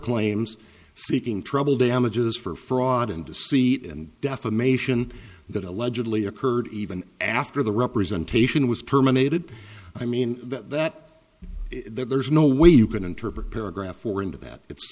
claims seeking trouble damages for fraud and deceit and defamation that allegedly occurred even after the representation was terminated i mean that there's no way you can interpret paragraph four into that it's